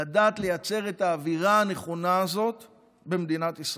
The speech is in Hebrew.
הוא לדעת לייצר את האווירה הנכונה הזאת במדינת ישראל.